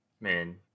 Man